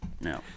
No